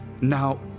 now